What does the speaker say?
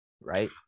right